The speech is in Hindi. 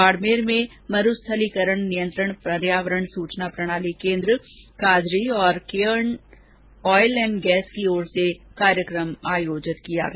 बाडमेर में मरूथलीकरण नियंत्रण पर्यावरण सूचना प्रणाली केन्द्र काजरी और केयर्न ऑयल एंड गैस की ओर से कार्यक्रम आयोजित किया गया